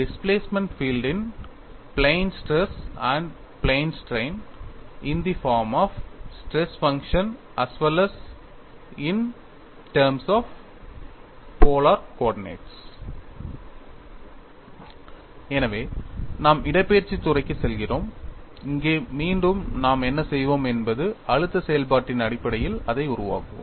displacement field in plane stress and plane strain in the form of stress functions as well as in terms of polar coordinates எனவே நாம் இடப்பெயர்ச்சித் துறைக்குச் செல்கிறோம் இங்கே மீண்டும் நாம் என்ன செய்வோம் என்பது அழுத்த செயல்பாட்டின் அடிப்படையில் அதை உருவாக்குவோம்